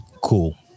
cool